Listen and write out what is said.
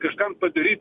kažkam padaryt